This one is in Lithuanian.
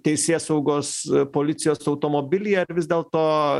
teisėsaugos policijos automobilyje ar vis dėlto